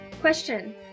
question